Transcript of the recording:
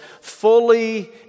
fully